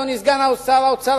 אדוני סגן שר האוצר,